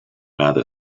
other